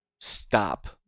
stop